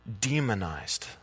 demonized